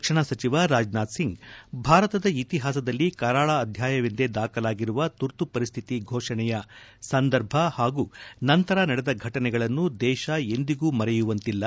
ರಕ್ಷಣಾ ಸಚಿವ ರಾಜನಾಥ್ ಸಿಂಗ್ ಭಾರತದ ಇತಿಹಾಸದಲ್ಲಿ ಕರಾಳ ಅಧ್ಯಾಯವೆಂದೇ ದಾಖಲಾಗಿರುವ ತುರ್ತು ಪರಿಸ್ಥಿತಿ ಘೋಷಣೆಯ ಸಂದರ್ಭ ಹಾಗೂ ನಂತರ ನಡೆದ ಘಟನೆಗಳನ್ನು ದೇಶ ಎಂದಿಗೂ ಮರೆಯುವಂತಿಲ್ಲ